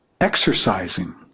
exercising